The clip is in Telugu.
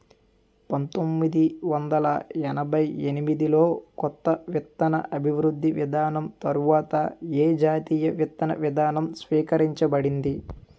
పంతోమ్మిది వందల ఎనభై ఎనిమిది లో కొత్త విత్తన అభివృద్ధి విధానం తర్వాత ఏ జాతీయ విత్తన విధానం స్వీకరించబడింది?